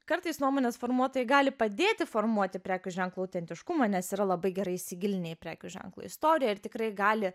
kartais nuomonės formuotojai gali padėti formuoti prekių ženklų autentiškumą nes yra labai gerai įsigilinę į prekių ženklo istoriją ir tikrai gali